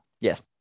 Yes